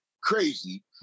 crazy